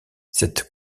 cette